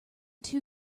too